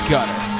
Gutter